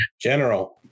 General